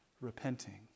repenting